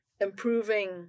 improving